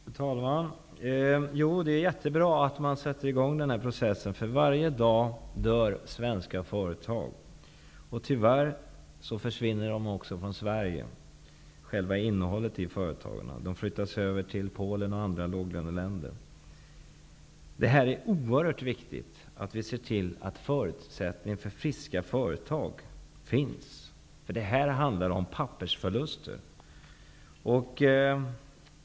Fru talman! Det är jättebra att man sätter i gång denna process. Varje dag dör svenska företag. Tyvärr försvinner också innehållet i företag bort från Sverige, till Polen och andra låglöneländer. Det är oerhört viktigt att vi ser till att förutsättningar för friska företag finns. Det handlar här om pappersförluster.